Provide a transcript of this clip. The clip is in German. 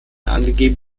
angegeben